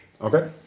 Okay